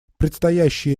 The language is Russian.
предстоящие